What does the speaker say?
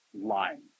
lying